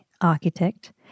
architect